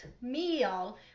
meal